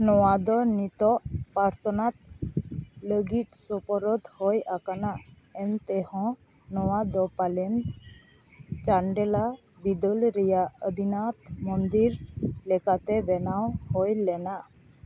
ᱱᱚᱣᱟ ᱫᱚ ᱱᱤᱛᱚᱜ ᱯᱟᱨᱥᱚᱱᱟᱛᱷ ᱞᱟᱹᱜᱤᱫ ᱥᱳᱯᱳᱨᱳᱫ ᱦᱩᱭ ᱟᱠᱟᱱᱟ ᱮᱱᱛᱮ ᱦᱚᱸ ᱱᱚᱣᱟ ᱫᱚ ᱯᱟᱞᱮᱱ ᱪᱟᱱᱰᱮᱞᱟ ᱵᱤᱫᱟᱹᱞ ᱨᱮᱭᱟᱜ ᱟᱫᱤᱱᱟᱛᱷ ᱢᱚᱱᱫᱤᱨ ᱞᱮᱠᱟᱛᱮ ᱵᱮᱱᱟᱣ ᱦᱳᱭ ᱞᱮᱱᱟ